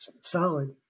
solid